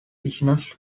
business